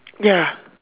ya